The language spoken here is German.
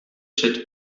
chat